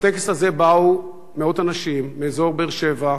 לטקס הזה באו מאות אנשים מאזור באר-שבע,